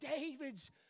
David's